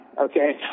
okay